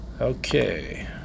okay